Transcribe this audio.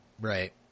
right